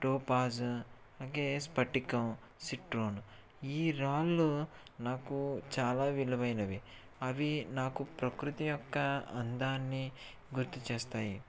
topaz అలాగే స్పటికం citron ఈ రాళ్ళు నాకు చాలా విలువైనవి అవి నాకు ప్రకృతి యొక్క అందాన్ని గుర్తుచేస్తాయి